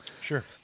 Sure